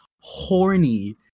horny